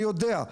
ואני יודע,